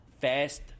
Fast